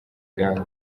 bwawe